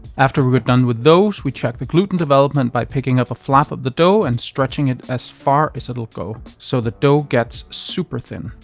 after we get done with those, we check the gluten development by picking up a flap of the dough and stretching it as far as it'll go so the dough gets super thin.